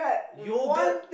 yogurt